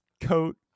coat